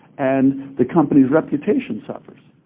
and the company's reputation suffers.